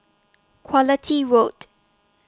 Quality Road